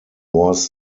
was